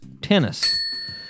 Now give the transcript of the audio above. tennis